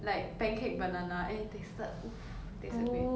like pancake banana and it tasted !oof! it tasted great